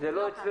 זה לא אצלנו,